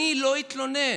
אני לא אתלונן,